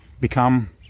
become